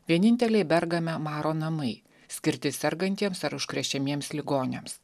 vieninteliai bergame maro namai skirti sergantiems ar užkrečiamiems ligoniams